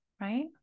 right